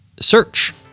search